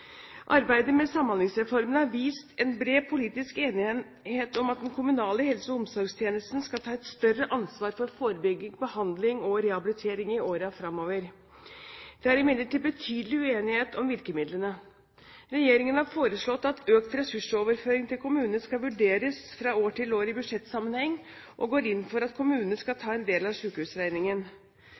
Arbeidet med Samhandlingsreformen har vist en bred politisk enighet om at den kommunale helse- og omsorgstjenesten skal ta et større ansvar for forebygging, behandling og rehabilitering i årene fremover. Det er imidlertid betydelig uenighet om virkemidlene. Regjeringen har foreslått at økt ressursoverføring til kommunene skal vurderes fra år til år i budsjettsammenheng, og går inn for at kommunene skal ta en del av